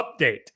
update